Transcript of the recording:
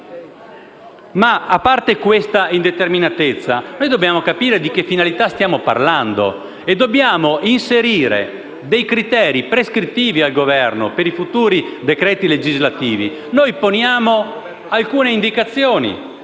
ma, a parte questa indeterminatezza, noi dobbiamo capire di quale finalità stiamo parlando e dobbiamo inserire criteri prescrittivi al Governo per i futuri decreti legislativi. Poniamo quindi alcune indicazioni: